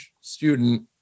student